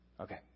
Okay